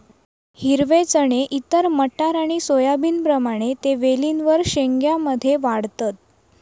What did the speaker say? हिरवे चणे इतर मटार आणि सोयाबीनप्रमाणे ते वेलींवर शेंग्या मध्ये वाढतत